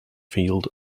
field